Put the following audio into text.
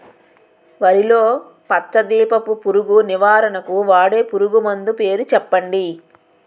వరిలో పచ్చ దీపపు పురుగు నివారణకు వాడే పురుగుమందు పేరు చెప్పండి?